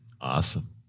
Awesome